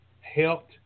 helped